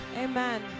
Amen